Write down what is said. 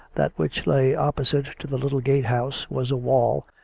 that which lay opposite to the little gate-house, was a wall,